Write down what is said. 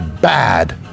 bad